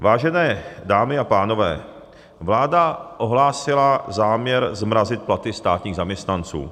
Vážené dámy a pánové, vláda ohlásila záměr zmrazit platy státním zaměstnancům.